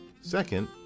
Second